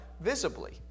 visibly